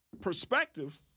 perspective